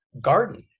garden